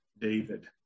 David